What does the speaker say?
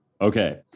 Okay